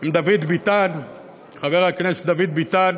עם חבר הכנסת דוד ביטן,